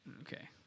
Okay